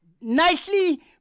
nicely